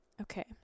Okay